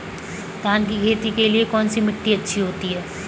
धान की खेती के लिए कौनसी मिट्टी अच्छी होती है?